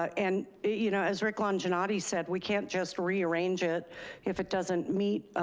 and you know, as rick longinatti said, we can't just rearrange it if it doesn't meet,